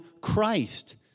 Christ